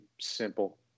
simple